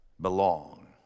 belong